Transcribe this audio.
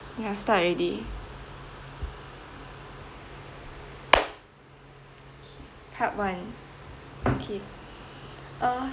ya start already okay part one okay uh